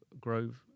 grove